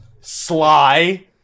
Sly